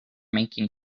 making